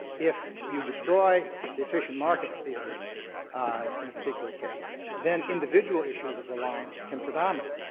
if you destroy the efficient market theory in a particular case, then individual issues of reliance can predominate.